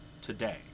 today